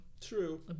true